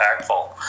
impactful